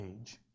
age